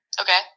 Okay